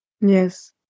yes